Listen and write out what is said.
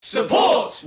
Support